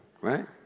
Right